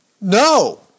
No